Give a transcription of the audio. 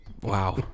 Wow